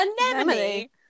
Anemone